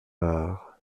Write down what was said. art